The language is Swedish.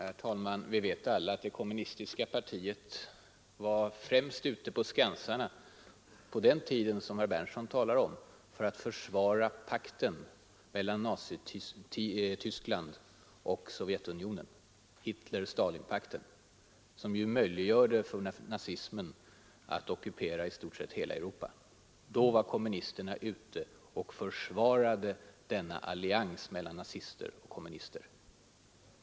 Herr talman! Vi vet alla att det kommunistiska partiet var främst ute på skansarna, på den tiden som herr Berndtson talar om, för att försvara pakten mellan Nazityskland och Sovjetunionen. Hitler-Stalinpakten möjliggjorde ju för nazismen att ockupera i stort sett hela Europa. Då var alltså kommunisterna ute och försvarade denna allians mellan nazister och kommunister.